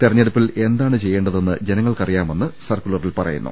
തെരഞ്ഞെടുപ്പിൽ എന്താണ് ചെയ്യേണ്ടതെന്ന് ജനങ്ങൾക്ക് അറിയാമെന്ന് സർക്കുലറിൽ പറയുന്നു